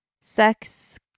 sex